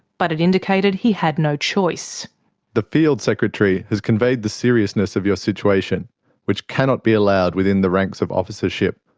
but it indicated he had no choice reading the field secretary has conveyed the seriousness of your situation which cannot be allowed within the ranks of officership,